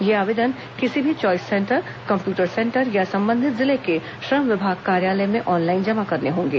ये आवेदन किसी भी च्वाईस सेंटर कम्प्यूटर सेंटर या संबंधित जिले के श्रम विभाग कार्यालय में ऑनलाइन जमा करने होंगे